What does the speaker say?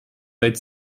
seit